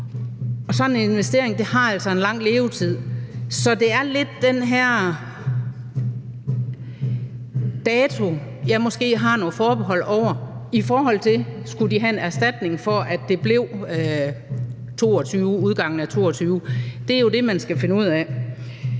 Sådan en investering har altså en lang levetid, så det er lidt den her dato, som jeg måske har nogle forbehold over for, i forhold til om de skulle have en erstatning for, at det blev i udgangen af 2022. Det er jo det, man skal finde ud af.